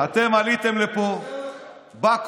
אתם עליתם לפה בקורונה,